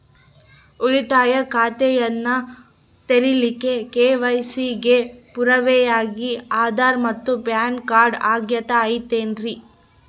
ಉಳಿತಾಯ ಖಾತೆಯನ್ನ ತೆರಿಲಿಕ್ಕೆ ಕೆ.ವೈ.ಸಿ ಗೆ ಪುರಾವೆಯಾಗಿ ಆಧಾರ್ ಮತ್ತು ಪ್ಯಾನ್ ಕಾರ್ಡ್ ಅಗತ್ಯ ಐತೇನ್ರಿ?